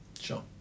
Sure